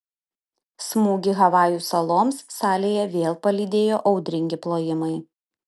smūgį havajų saloms salėje vėl palydėjo audringi plojimai